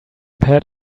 pat